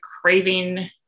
craving